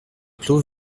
clos